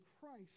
Christ